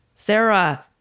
Sarah